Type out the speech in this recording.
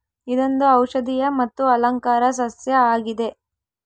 ಇದೊಂದು ಔಷದಿಯ ಮತ್ತು ಅಲಂಕಾರ ಸಸ್ಯ ಆಗಿದೆ